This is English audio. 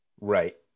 Right